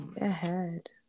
ahead